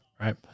right